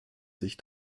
sich